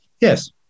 Yes